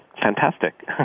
fantastic